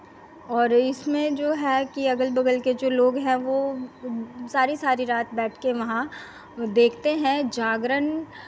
और इसमें जो है कि अगल बगल के जो लोग हैं वो सारी सारी रात बैठ के वहाँ देखते हैं जागरण